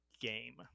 game